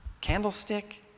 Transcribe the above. candlestick